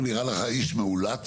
הוא נראה לך איש מאולץ?